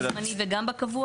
גם בנוהל הזמני וגם בקבוע?